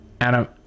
Adam